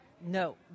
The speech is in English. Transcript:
No